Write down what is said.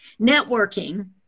Networking